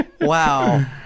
wow